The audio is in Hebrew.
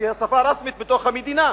שהיא שפה רשמית במדינה.